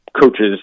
coaches